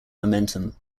momentum